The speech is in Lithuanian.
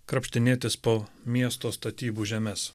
krapštinėtis po miesto statybų žemes